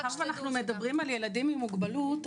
מאחר ואנחנו מדברים על ילדים עם מוגבלות,